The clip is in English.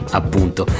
appunto